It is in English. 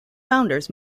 founders